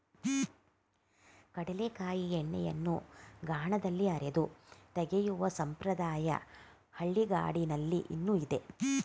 ಕಡಲೆಕಾಯಿ ಎಣ್ಣೆಯನ್ನು ಗಾಣದಲ್ಲಿ ಅರೆದು ತೆಗೆಯುವ ಸಂಪ್ರದಾಯ ಹಳ್ಳಿಗಾಡಿನಲ್ಲಿ ಇನ್ನೂ ಇದೆ